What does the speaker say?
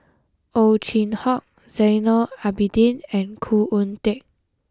Ow Chin Hock Zainal Abidin and Khoo Oon Teik